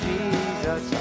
Jesus